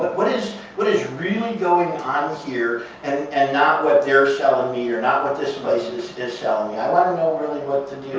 but what is what is really going on here and and not what they're selling me or not what this place is is selling me. i want to know really what